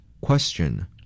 Question